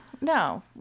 no